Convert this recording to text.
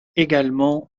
également